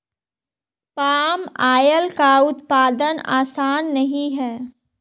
palm oil का उत्पादन आसान नहीं है